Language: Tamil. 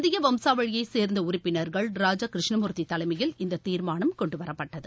இந்திய வம்சாவழியைச் சேர்ந்த உறுப்பினர்கள் ராஜா கிருஷ்ணமூர்த்தி தலைமையில் இந்த தீர்மானம் கொண்டுவரப்பட்டது